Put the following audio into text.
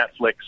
netflix